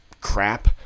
crap